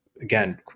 again